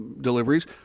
deliveries